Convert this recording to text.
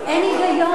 אין היגיון,